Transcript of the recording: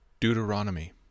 Deuteronomy